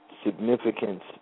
Significance